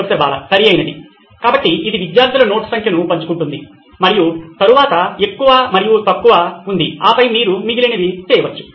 professor Bala సరియైనది కాబట్టి ఇది విద్యార్థుల నోట్స్ సంఖ్యను పంచుకుంటుంది మరియు తరువాత ఎక్కువ మరియు తక్కువ ఉంది ఆపై మీరు మిగిలినవి చేయవచ్చు